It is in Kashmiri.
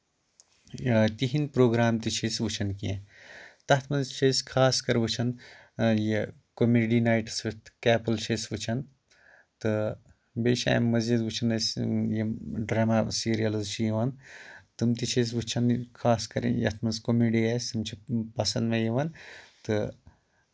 یا تِہنٛد پروگرام تہِ چھِ أسۍ وٕچھان کیٚنٛہہ تَتھ منٛز چھِ أسۍ خاص کَر وٕچھان یہِ کومیڈی نایٹس وِد کیپل چھِ أسۍ وٕچھان تہٕ بیٚیہِ چھِ اَمہِ مٔزیٖد وٕچھان أسۍ یِم ڈرامہ سیریلز چھِ یِوان تِم تہِ چھِ أسۍ وٕچھان خاص کَر یَتھ منٛز کومیڈی آسہِ یِم چھ پسنٛد مےٚ یِوان تہٕ